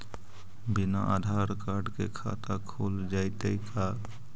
बिना आधार कार्ड के खाता खुल जइतै का?